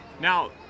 Now